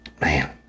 man